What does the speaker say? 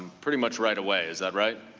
pretty much right away, is that right?